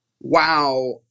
wow